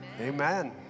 Amen